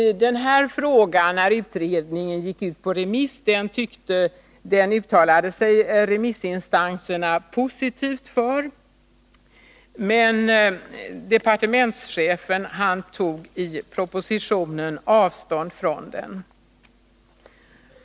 När detta förslag gick ut på remiss uttalade sig remissinstanserna positivt, men departementschefen tog i propositionen avstånd från förslaget.